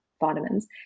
vitamins